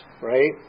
right